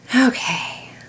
Okay